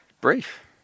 Brief